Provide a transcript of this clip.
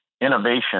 innovation